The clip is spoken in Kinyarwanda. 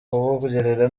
kukugirira